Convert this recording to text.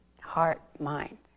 heart-mind